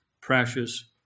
Precious